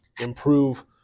improve